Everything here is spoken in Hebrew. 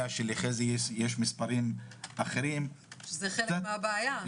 שלחזי יש מספרים אחרים --- שזה חלק מהבעיה.